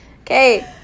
Okay